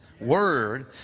word